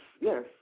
yes